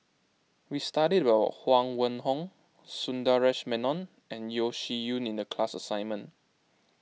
we studied about Huang Wenhong Sundaresh Menon and Yeo Shih Yun in the class assignment